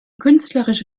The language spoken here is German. künstlerische